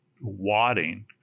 wadding